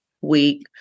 week